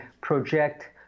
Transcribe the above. project